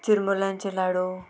चिरमुल्यांचे लाडू